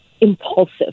impulsive